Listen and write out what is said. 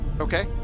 Okay